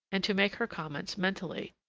and to make her comments mentally.